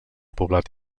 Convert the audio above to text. poblat